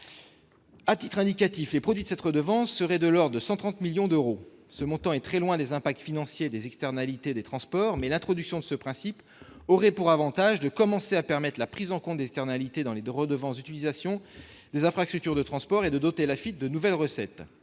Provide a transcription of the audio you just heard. À titre indicatif, les produits de cette redevance seraient de l'ordre de 130 millions d'euros. Ce montant est très loin des impacts financiers des externalités des transports, mais l'introduction de ce principe aurait pour avantage de commencer à permettre la prise en compte des externalités dans les redevances d'utilisation des infrastructures de transport et de doter l'Afitf de nouvelles recettes.